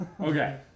Okay